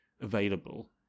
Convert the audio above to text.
available